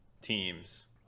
teams